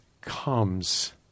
comes